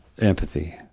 empathy